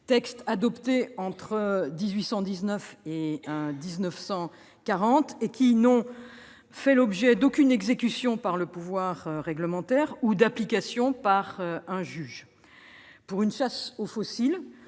textes adoptés entre 1819 et 1940 et n'ayant fait l'objet d'aucune exécution par le pouvoir réglementaire ou d'application par un juge. C'est donc bien une chasse aux « fossiles